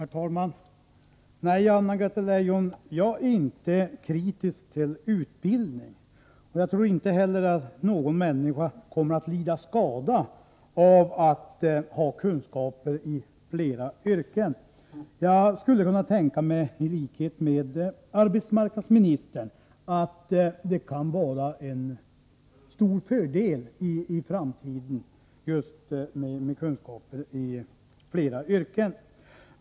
Herr talman! Nej, Anna-Greta Leijon, jag ser inte kritiskt på utbildning, och jag tror inte heller att någon människa lider skada av att ha kunskaper i flera yrken. I likhet med arbetsmarknadsministern skulle jag kunna tänka mig att det i framtiden kan vara en stor fördel att människor har kunskaper i flera yrken.